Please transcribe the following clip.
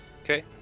Okay